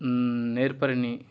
నేర్పరిని